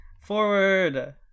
Forward